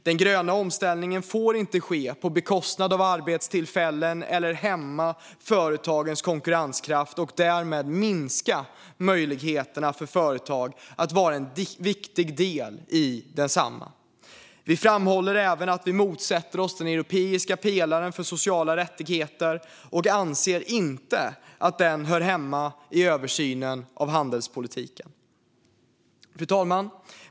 Den gröna omställningen får inte ske på bekostnad av arbetstillfällen och får inte hämma företagens konkurrenskraft och därmed minska möjligheterna för företag att vara en viktig del i densamma. Vi framhåller även att vi motsätter oss den europeiska pelaren för sociala rättigheter och anser inte att den hör hemma i översynen av handelspolitiken. Fru talman!